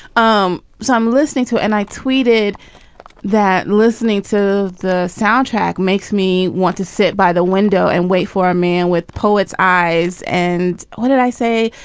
um so i'm listening to it and i tweeted that listening to the soundtrack makes me want to sit by the window and wait for a man with poet's eyes. and what did i say.